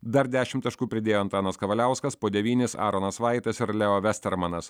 dar dešim taškų pridėjo antanas kavaliauskas po devynis aronas vaitas ir leo vestermanas